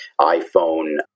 iPhone